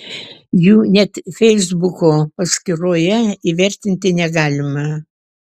jų net feisbuko paskyroje įvertinti negalima